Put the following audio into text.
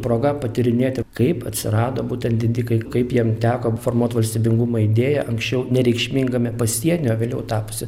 proga patyrinėti kaip atsirado būtent didikai kaip jiem teko formuot valstybingumo idėją anksčiau nereikšmingame pasienio o vėliau tapusį